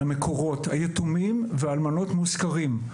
למקורות, היתומים והאלמנות מוזכרים.